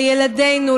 לילדינו,